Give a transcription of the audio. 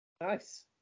Nice